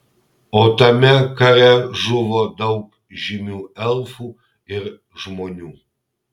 o tame kare žuvo daug žymių elfų ir žmonių